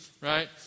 right